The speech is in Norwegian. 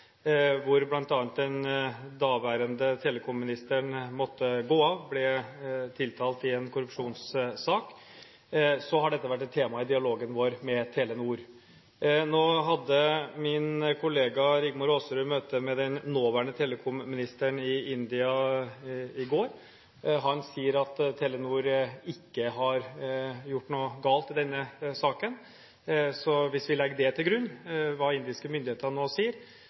hvor bl.a. den daværende telekom-ministeren måtte gå av – tiltalt i en korrupsjonssak – har dette vært et tema i dialogen vår med Telenor. Min kollega, Rigmor Aasrud, hadde møte med den nåværende telekom-ministeren i India i går. Han sier at Telenor ikke har gjort noe galt i denne saken. Så hvis vi legger det til grunn – hva indiske myndigheter nå sier